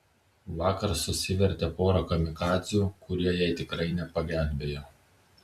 vakar susivertė porą kamikadzių kurie jai tikrai nepagelbėjo